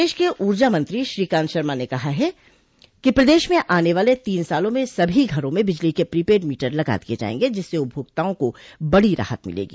प्रदेश के ऊर्जा मंत्री श्रीकान्त शर्मा ने कहा है कि प्रदेश में आने वाले तीन सालों में सभी घरों में बिजली के प्रीपेड मीटर लगा दिये जायेंगे जिससे उपभोक्ताओं को बड़ी राहत मिलेगी